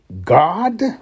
God